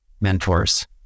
mentors